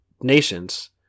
nations